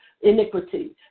iniquity